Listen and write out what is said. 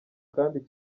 kandi